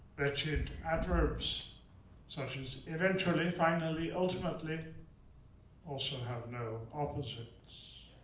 wretched adverbs such as eventually, finally, ultimately also have no opposites.